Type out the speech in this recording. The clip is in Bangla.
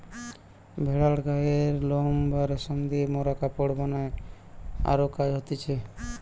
ভেড়ার গায়ের লোম বা রেশম দিয়ে মোরা কাপড় বানাই আরো কাজ হতিছে